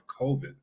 COVID